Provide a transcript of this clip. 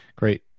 Great